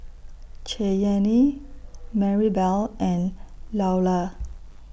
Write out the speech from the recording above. Cheyanne Marybelle and Loula